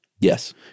Yes